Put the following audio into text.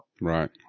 Right